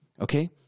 Okay